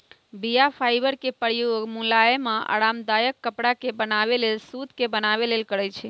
बीया फाइबर के प्रयोग मुलायम आऽ आरामदायक कपरा के बनाबे लेल सुत के बनाबे लेल करै छइ